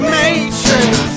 matrix